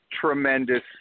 Tremendous